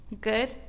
good